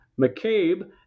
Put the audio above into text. McCabe